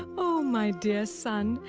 um oh, my dear son,